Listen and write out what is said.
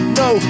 no